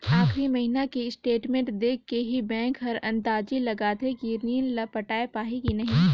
आखरी महिना के स्टेटमेंट देख के ही बैंक हर अंदाजी लगाथे कि रीन ल पटाय पाही की नही